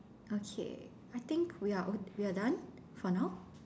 okay I think we are all we are done for now